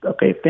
Okay